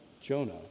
Jonah